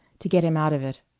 to get him out of it.